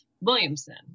Williamson